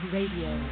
Radio